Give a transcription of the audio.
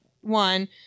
One